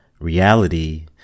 reality